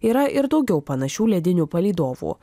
yra ir daugiau panašių leidinių palydovų